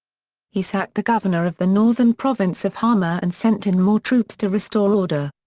he sacked the governor of the northern province of hama and sent in more troops to restore order.